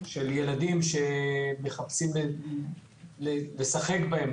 של ילדים שמחפשים לשחק בהם